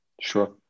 Sure